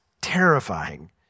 terrifying